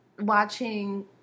watching